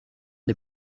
des